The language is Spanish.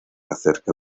acerca